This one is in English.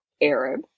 Arab